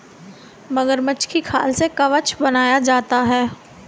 मगरमच्छ की खाल से कवच बनाया जाता है